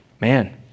Man